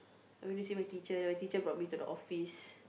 I went to see my teacher then my teacher brought me to the office